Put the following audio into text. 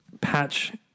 patch